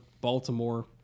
Baltimore